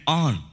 on